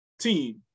team